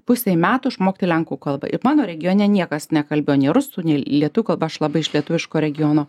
pusei metų išmokti lenkų kalbą ir mano regione niekas nekalbėjo nei rusų nei lietuvių kalba aš labai iš lietuviško regiono